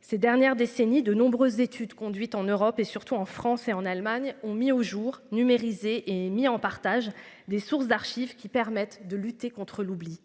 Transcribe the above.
Ces dernières décennies, de nombreuses études conduites en Europe et surtout en France et en Allemagne, ont mis au jour numérisé et mis en partage des sources d'archives qui permettent de lutter contre l'oubli.